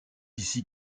ici